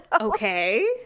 okay